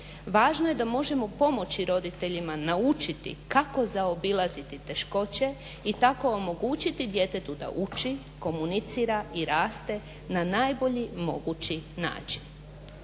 Važno je da možemo pomoći roditeljima naučiti kako zaobilaziti teškoće i tako omogućiti djetetu da uči, komunicira i raste na najbolji mogući način.